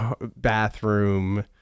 bathroom